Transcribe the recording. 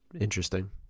Interesting